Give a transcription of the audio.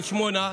של שמונה,